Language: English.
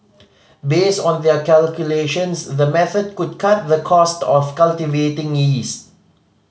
based on their calculations the method could cut the cost of cultivating yeast